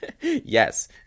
yes